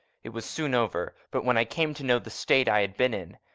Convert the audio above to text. it was soon over. but when i came to know the state i had been in,